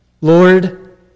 Lord